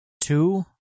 two